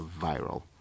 viral